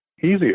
easier